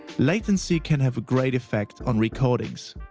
latency can have a great effect on recordings.